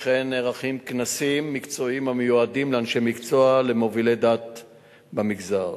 וכן נערכים כנסים מקצועיים המיועדים לאנשי מקצוע ולמובילי דעה במגזר.